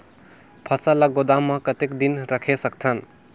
फसल ला गोदाम मां कतेक दिन रखे सकथन?